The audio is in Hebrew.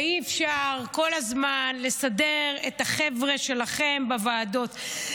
אי-אפשר כל הזמן לסדר את החבר'ה שלכם בוועדות.